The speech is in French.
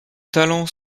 talent